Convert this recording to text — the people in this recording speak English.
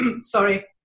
sorry